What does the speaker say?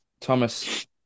Thomas